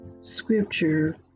scripture